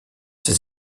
ses